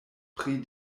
pri